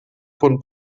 von